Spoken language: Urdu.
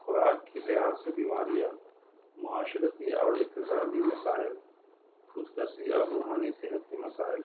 خوراک کی لحاظ سے بیماریاں معاشرتی اور اقتصادی مسائل خودکشی اور روحانی صحت کے مسائل